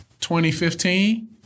2015